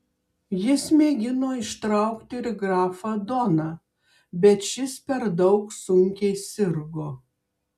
jis mėgino ištraukti ir grafą doną bet šis per daug sunkiai sirgo